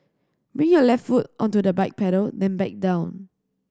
bring your left foot onto the bike pedal then back down